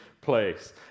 place